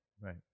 Right